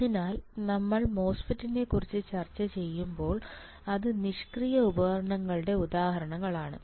അതിനാൽ നമ്മൾ മോസ്ഫെറ്റിനെക്കുറിച്ച് ചർച്ച ചെയ്യുമ്പോൾ അത് നിഷ്ക്രിയ ഉപകരണങ്ങളുടെ ഉദാഹരണങ്ങളാണ്